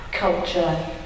culture